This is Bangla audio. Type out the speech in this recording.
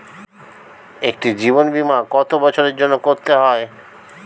একটি জীবন বীমা কত বছরের জন্য করতে হয়?